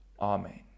amen